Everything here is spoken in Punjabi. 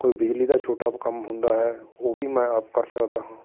ਕੋਈ ਬਿਜਲੀ ਦਾ ਛੋਟਾ ਕੰਮ ਹੁੰਦਾ ਹੈ ਉਹ ਵੀ ਮੈਂ ਆਪ ਕਰ ਸਕਦਾ ਹਾਂ